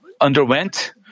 underwent